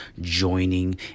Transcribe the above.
joining